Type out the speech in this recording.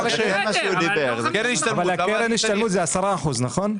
בסדר, אבל לא 50%. קרן השתלמות זה 10%, נכון?